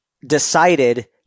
decided